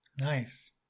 Nice